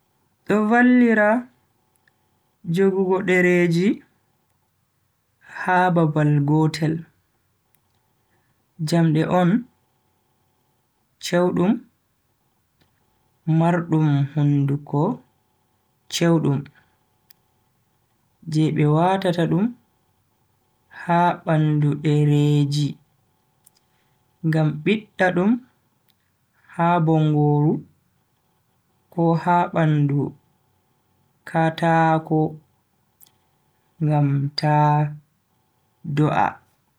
Do vallira jogugo dereji ha babal gotel. jamde on chewdum mardum hunduko chewdum je be watata dum ha bandu dereeji ngam bidda dum ha bongoru ko ha bandu kataako ngam ta do'a.